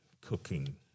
cooking